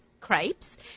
crepes